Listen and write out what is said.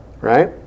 Right